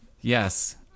Yes